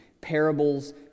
parables